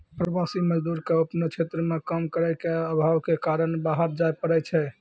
प्रवासी मजदूर क आपनो क्षेत्र म काम के आभाव कॅ कारन बाहर जाय पड़ै छै